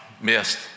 missed